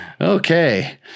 Okay